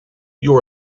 you